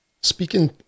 speaking